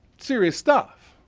serious stuff.